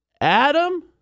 Adam